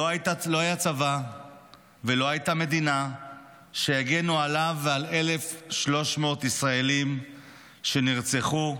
לא היה צבא ולא הייתה מדינה שיגנו עליו ועל 1,300 ישראלים שנרצחו,